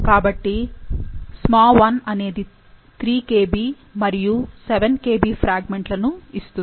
కాబట్టి SmaI అనేది 3 kb మరియు 7 kb ఫ్రాగ్మెంట్ల ను ఇస్తుంది